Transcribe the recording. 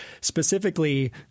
specifically